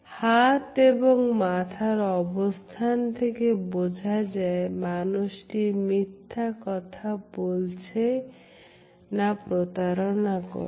হাত এবং মাথার অবস্থান থেকে বোঝা যায় যে মানুষটি মিথ্যা কথা বলছে না প্রতারণা করছে